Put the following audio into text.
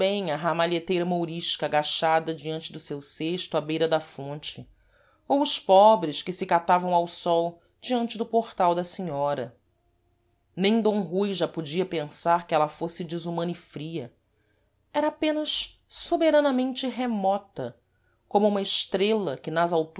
a ramalheteira mourisca agachada diante do seu cêsto à beira da fonte ou os pobres que se catavam ao sol diante do portal da senhora nem d rui já podia pensar que ela fôsse desumana e fria era apenas soberanamente remota como uma estrêla que nas